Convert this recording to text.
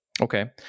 Okay